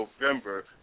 November